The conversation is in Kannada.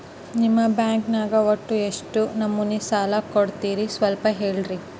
ನಿಮ್ಮ ಬ್ಯಾಂಕ್ ನ್ಯಾಗ ಒಟ್ಟ ಎಷ್ಟು ನಮೂನಿ ಸಾಲ ಕೊಡ್ತೇರಿ ಸ್ವಲ್ಪ ಹೇಳ್ರಿ